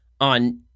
on